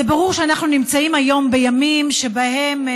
זה ברור שאנחנו נמצאים היום בימים שבהם